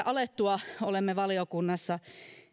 alettua olemme valiokunnassa